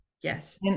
Yes